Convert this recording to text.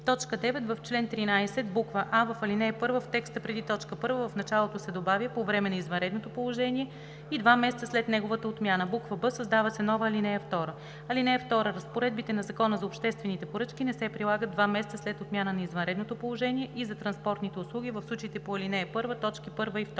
г.“ 9. В чл. 13: а) в ал. 1 в текста преди т. 1 в началото се добавя „По време на извънредното положение и два месеца след неговата отмяна“; б) създава се нова ал. 2: „(2) Разпоредбите на Закона за обществените поръчки не се прилагат два месеца след отмяната на извънредното положение и за транспортните услуги в случаите по ал. 1, т. 1 и 2.“;